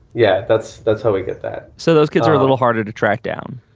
yeah, that's that's how we get that. so those kids are a little harder to track down